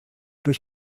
durch